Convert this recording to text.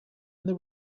there